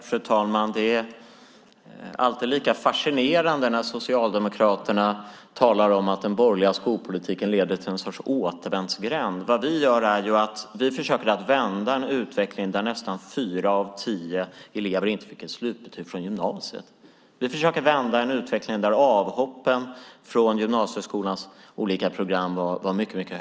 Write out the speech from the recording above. Fru talman! Det är alltid lika fascinerande när Socialdemokraterna talar om att den borgerliga skolpolitiken leder till en sorts återvändsgränd. Vi försöker vända en utveckling där nästan fyra av tio elever inte fick slutbetyg från gymnasiet. Vi försöker vända en utveckling där antalet avhopp från gymnasieskolans olika program var mycket stort.